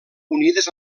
unides